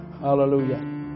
Hallelujah